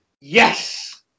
Yes